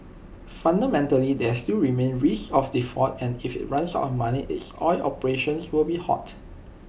fundamentally there still remains risk of default and if IT runs out of money its oil operations will be halted